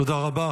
תודה רבה.